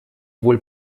wohl